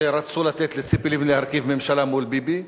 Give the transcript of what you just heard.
שרצו לתת לציפי לבני להרכיב ממשלה מול ביבי,